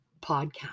podcast